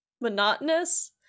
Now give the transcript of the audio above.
monotonous